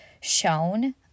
shown